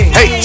Hey